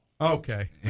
Okay